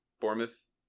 Bournemouth